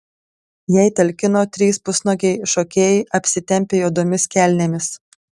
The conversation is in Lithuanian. jai talkino trys pusnuogiai šokėjai apsitempę juodomis kelnėmis